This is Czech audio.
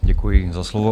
Děkuji za slovo.